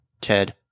Ted